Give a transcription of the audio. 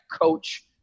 coach